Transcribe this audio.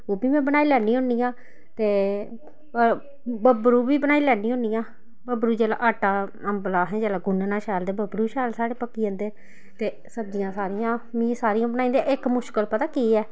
ओह् बी में बनाई लैन्नी होन्नी आं ते बबरू बी बनाई लैन्नी होन्नी आं बबरू जेल्लै आटा अंबला अहें जेल्लै गुन्नना शैल ते बबरू शैल साढ़े पक्की जंदे ते सब्जियां सारियां मी सारियां बनाई लेनी इक मुश्कल पता केह् ऐ